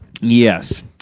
Yes